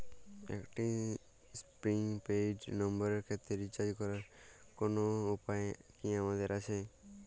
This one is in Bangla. একটি প্রি পেইড নম্বরের ক্ষেত্রে রিচার্জ করার কোনো উপায় কি আমাদের আছে?